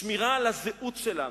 שמירה על הזהות שלנו,